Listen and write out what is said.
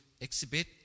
exhibit